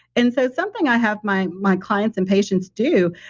and so, something i have my my clients and patients do,